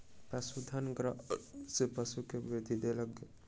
पशुधन गणना मे पशु के वृद्धि देखल गेल